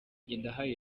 ngendahayo